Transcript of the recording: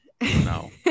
No